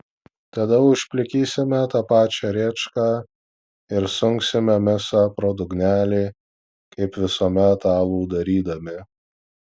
tada užplikysime tą pačią rėčką ir sunksime misą pro dugnelį kaip visuomet alų darydami